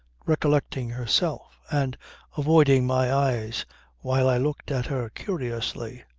recollecting herself, and avoiding my eyes while i looked at her curiously.